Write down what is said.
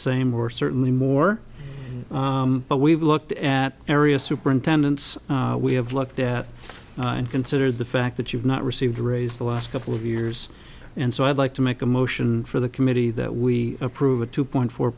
same or certainly more but we've looked at areas superintendents we have looked at and considered the fact that you've not received a raise the last couple of years and so i'd like to make a motion for the committee that we approve a two point four